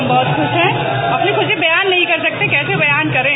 हम बहुत खुश है अपनी खुशी बयान नहीं कर सकते कैसे बयान करें